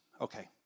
okay